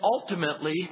ultimately